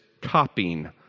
copying